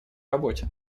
работе